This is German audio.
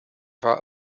war